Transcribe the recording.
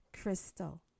Crystal